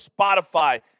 Spotify